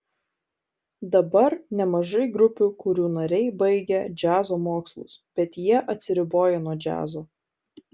dabar nemažai grupių kurių nariai baigę džiazo mokslus bet jie atsiriboja nuo džiazo